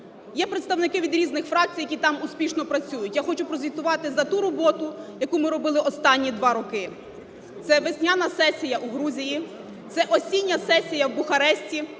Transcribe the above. Є представники від різних фракцій, які там успішно працюють. Я хочу прозвітувати за ту роботу, яку ми робили останні два роки: це весняна сесія у Грузії, це осіння сесія в Бухаресті,